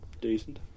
Decent